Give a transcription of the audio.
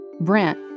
Brent